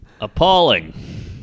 Appalling